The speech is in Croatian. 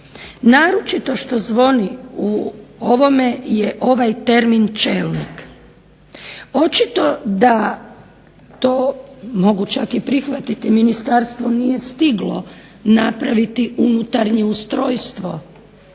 Naročito što zvoni u ovome je ovaj termin čelnik. Očito da to, mogu čak i prihvatiti ministarstvo nije stiglo napraviti unutarnje ustrojstvo